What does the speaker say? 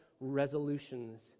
resolutions